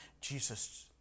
Jesus